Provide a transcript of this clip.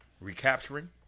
recapturing